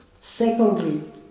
Secondly